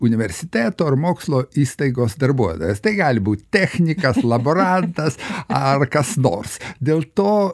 universiteto ar mokslo įstaigos darbuotojas tai gali būti technikas laborantas ar kas nors dėl to